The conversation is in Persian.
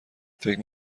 فکر